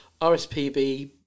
RSPB